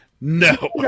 No